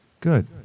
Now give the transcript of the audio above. Good